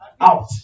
out